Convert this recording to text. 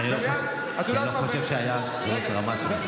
כי אני לא חושב שהיה אירוע טראומטי.